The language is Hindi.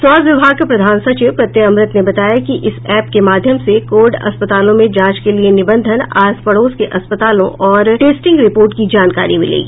स्वास्थ्य विभाग के प्रधान सचिव प्रत्यय अमृत ने बताया कि इस एप के माध्यम से कोविड अस्पतालों में जांच के लिये निबंधन आस पड़ोस के अस्पतालों और टेस्टिंग रिपोर्ट की जानकारी मिलेगी